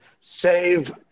save